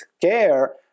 care